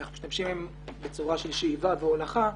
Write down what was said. ואנחנו משתמשים בצורה של שאיבה והולכה,